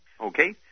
Okay